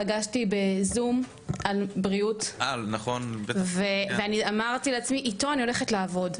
פגשתי בזום על בריאות ואמרתי לעצמי: איתו אני הולכת לעבוד.